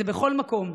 זה בכל מקום.